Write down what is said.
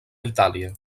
itàlia